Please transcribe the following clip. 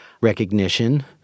recognition